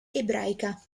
ebraica